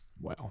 Wow